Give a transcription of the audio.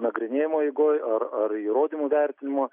nagrinėjimo eigoj ar ar įrodymų vertinimo